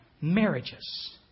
marriages